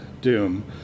Doom